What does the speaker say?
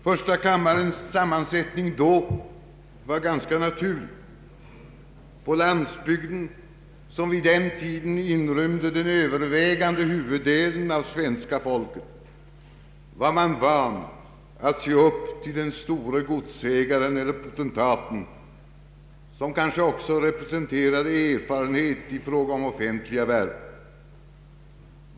Första kammarens sammansättning då var ganska naturlig, På landsbygden som vid den tiden inrymde den övervägande huvuddelen av svenska folket var man van att se upp till den store godsägaren eller potentaten, som kanske också representerade erfarenhet i fråga om offentliga värv.